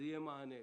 אז יהיה מענה.